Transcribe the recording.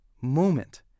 moment